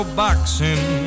boxing